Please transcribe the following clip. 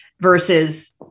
versus